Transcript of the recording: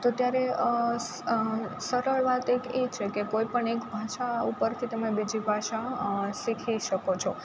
તો ત્યારે સરળ વાત એક એ છેકે કોઈપણ એક ભાષા ઉપરથી તમે બીજી ભાષા શીખી શકો છો